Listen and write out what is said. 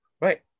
right